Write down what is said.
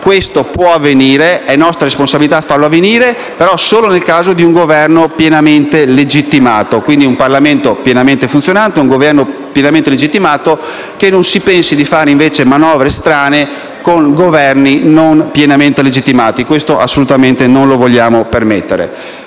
questo può avvenire ed è nostra responsabilità farlo avvenire, ma solo nel caso di un Governo pienamente legittimato, quindi di un Parlamento pienamente funzionante e di un Governo pienamente legittimato. Che non si pensi, invece, di fare manovre strane con Governi non pienamente legittimati, questo assolutamente non lo vogliamo permettere.